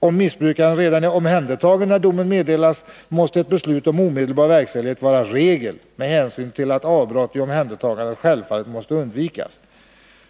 Om missbrukaren redan är omhändertagen när domen meddelas måste ett beslut om omedelbar verkställighet vara regel med hänsyn till att avbrott i omhändertagandet självfallet måste undvikas.